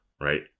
right